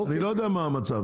אני לא יודע מה המצב.